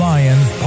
Lions